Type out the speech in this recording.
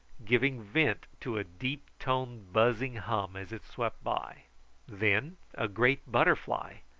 giving vent to a deep-toned buzzing hum as it swept by then a great butterfly,